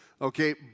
Okay